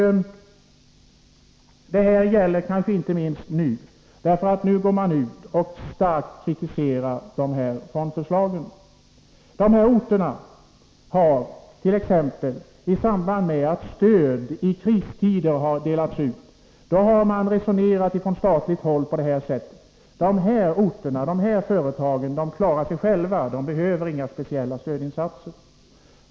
Det gäller kanske inte minst nu, för nu går man där ut och kritiserar fondförslagen starkt. I samband med att stöd i kristider har delats ut har man från statligt håll resonerat så, att de här orterna och företagen klarar sig själva, de behöver inga speciella stödinsatser.